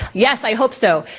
yes i hope so.